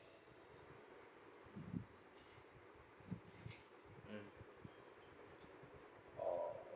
mm orh